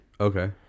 Okay